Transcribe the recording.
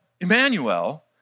Emmanuel